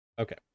Okay